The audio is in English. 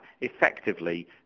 effectively